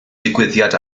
digwyddiad